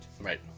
right